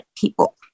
people